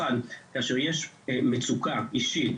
אחד כאשר יש מצוקה אישית,